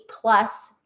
plus